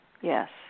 Yes